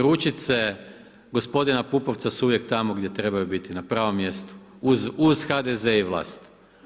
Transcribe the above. Ručice gospodina Pupovca su uvijek tamo gdje trebaju biti, na pravom mjestu, uz HDZ i vlast.